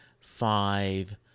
five